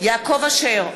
יעקב אשר,